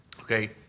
okay